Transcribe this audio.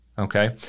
okay